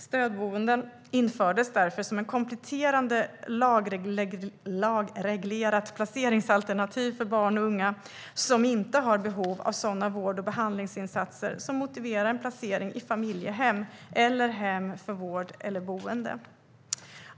Stödboende infördes därför som ett kompletterande lagreglerat placeringsalternativ för barn och unga som inte har behov av sådana vård och behandlingsinsatser som motiverar en placering i familjehem eller hem för vård eller boende.